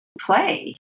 play